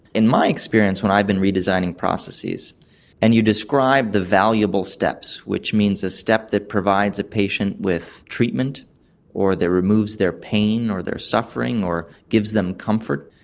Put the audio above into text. in my experience when i've been redesigning processes and you describe the valuable steps, which means a step that provides a patient with treatment or that removes their pain or their suffering or gives them comfort,